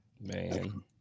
man